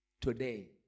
today